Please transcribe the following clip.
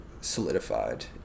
solidified